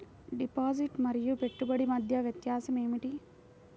Deposit మరియు పెట్టుబడి మధ్య వ్యత్యాసం ఏమిటీ?